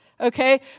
Okay